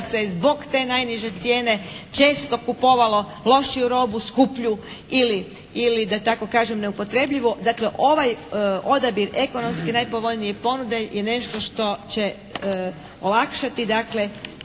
da se zbog te najniže cijene često kupovalo lošiju robu, skuplju ili da tako kažem neupotrebljivu. Dakle ovaj odabir ekonomski najpovoljnije ponude je nešto što će olakšati